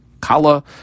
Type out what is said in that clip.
kala